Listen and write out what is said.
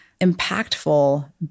impactful